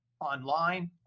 online